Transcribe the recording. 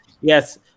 Yes